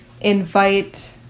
invite